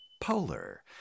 polar